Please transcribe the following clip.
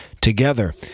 together